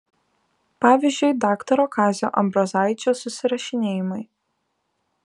pavyzdžiui daktaro kazio ambrozaičio susirašinėjimai